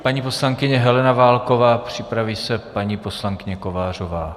Paní poslankyně Helena Válková, připraví se paní poslankyně Kovářová.